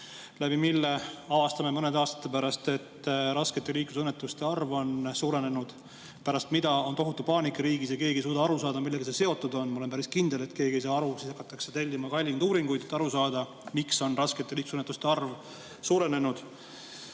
mistõttu avastame mõne aasta pärast, et raskete liiklusõnnetuste arv on suurenenud. Seetõttu on riigis tohutu paanika ja keegi ei suuda aru saada, millega see seotud on. Ma olen päris kindel, et keegi ei saa aru. Siis hakatakse tellima kalleid uuringuid, et aru saada, miks on raskete liiklusõnnetuste arv suurenenud. Tõsi,